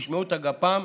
כשתשמעו גפ"ם,